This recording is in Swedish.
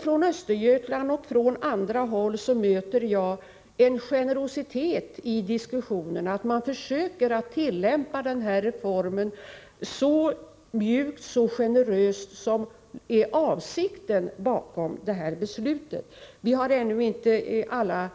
I Östergötland och på andra håll möter jag en generositet. Man försöker att tillämpa reformen så mjukt och generöst som också var avsikten enligt beslutet. Alla